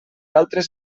altres